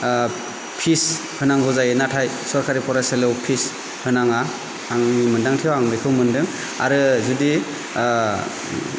फिस होनांगौ जायो नाथाय सरखारि फरायसालियाव फिस होनाङा आंनि मोनदांथियाव आं बेखौ मोन्दों आरो जुदि